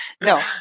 No